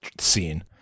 scene